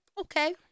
okay